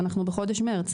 ואנחנו בחודש מרץ.